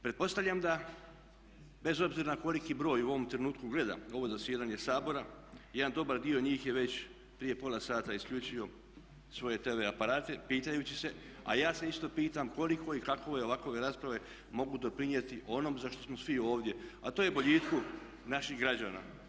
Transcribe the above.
Pretpostavljam da bez obzira na koliki broj u ovom trenutku gleda ovo zasjedanje Sabora, jedan dobar dio njih je već prije pola sata isključio svoje tv aparate pitajući se, a ja se isto pitam koliko i kako ovakve rasprave mogu doprinijeti onom za što smo svi ovdje a to je boljitku naših građana.